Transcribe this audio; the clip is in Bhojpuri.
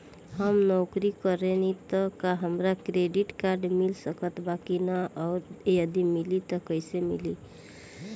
हम नौकरी करेनी त का हमरा क्रेडिट कार्ड मिल सकत बा की न और यदि मिली त कैसे मिली?